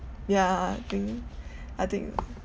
ya I think I think